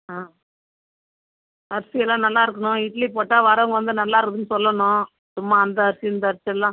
ஆ அரிசியெல்லாம் நல்லாயிருக்குணும் இட்லி போட்டா வரவங்க வந்து நல்லாயிருக்குன்னு சொல்லணும் சும்மா அந்த அரிசி இந்த அரிசி எல்லாம்